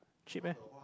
cheap ah